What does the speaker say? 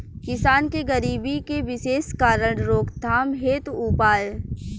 किसान के गरीबी के विशेष कारण रोकथाम हेतु उपाय?